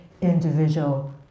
individual